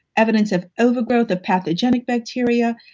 evidence of overgrowth of pathogenic bacteria,